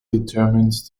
determines